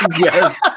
Yes